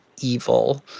evil